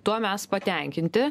tuo mes patenkinti